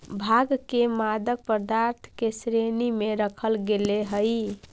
भाँग के मादक पदार्थ के श्रेणी में रखल गेले हइ